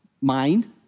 mind